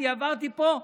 אני עברתי פה,